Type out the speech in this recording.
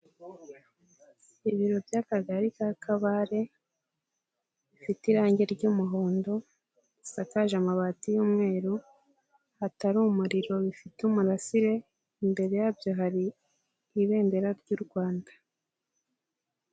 Ibiro by'Akagari ka Kabare bifite irangi ry'umuhondo, bisakaje amabati y'umweru, hatari umuriro bifite umurasire, imbere ya byo hari ibendera ry'u Rwanda.